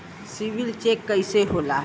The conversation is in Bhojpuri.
सिबिल चेक कइसे होला?